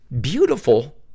beautiful